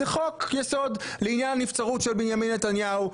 זה חוק יסוד לעניין נבצרות של בנימין נתניהו,